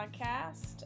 podcast